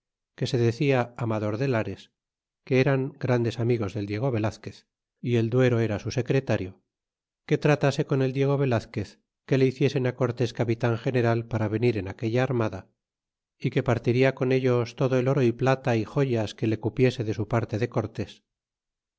que se decia amador de lares que eran grandes amigos del diego velazquez y el duero era su secretario que tratase con el diego velazquez que le hiciesen cortés ca pitan general para venir en aquella armada y que partiria con ellos todo el oro y plata y joyas que le cupiese de su parte de cortés